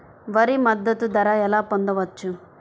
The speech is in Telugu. వరి మద్దతు ధర ఎలా పొందవచ్చు?